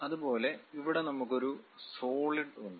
അതുപോലെ ഇവിടെ നമുക്ക് ഒരു സോളിഡ് ഉണ്ട്